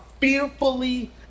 fearfully